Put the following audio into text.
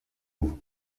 ovo